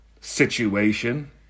situation